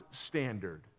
standard